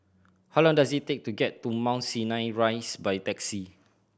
how long does it take to get to Mount Sinai Rise by taxi